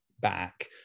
back